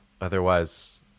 otherwise